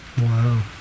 Wow